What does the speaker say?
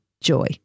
joy